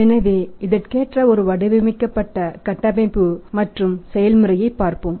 எனவே இதற்கேற்ற ஒரு வடிவமைக்கப்பட்ட கட்டமைப்பு மற்றும் செயல்முறையை பார்ப்போம்